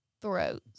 throats